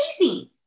amazing